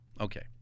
Okay